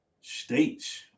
states